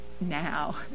now